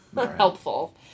helpful